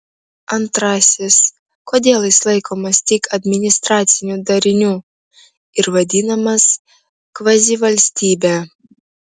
antrasis kodėl jis laikomas tik administraciniu dariniu ir vadinamas kvazivalstybe